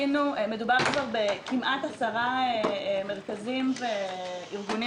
מדובר כבר בכמעט עשרה מרכזים וארגונים